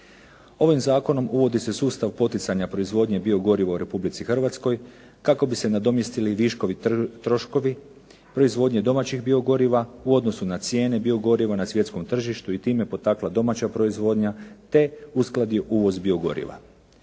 Ovim zakonom uvodi se sustav poticanja proizvodnje biogoriva u Republici Hrvatskoj kako bi se nadomjestili viškovi troškovi proizvodnje domaćih biogoriva u odnosu na cijene biogoriva na svjetskom tržištu i time potakla domaća proizvodnja te uskladio uvoz biogoriva.